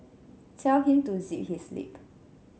tell him to zip his lip